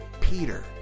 Peter